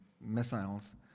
missiles